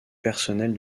personnels